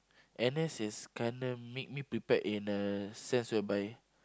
N_S is kinda make me prepared in a sense whereby